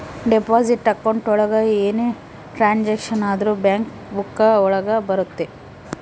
deposit account ಒಳಗ ಏನೇ transaction ಆದ್ರೂ ಬ್ಯಾಂಕ್ ಬುಕ್ಕ ಒಳಗ ಇರುತ್ತೆ